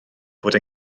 fod